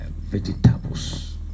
vegetables